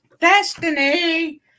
Destiny